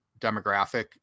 demographic